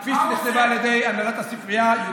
כפי שנכתבה על ידי הנהלת הספרייה.